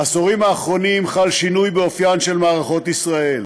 בעשורים האחרונים חל שינוי באופיין של מערכות ישראל: